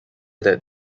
that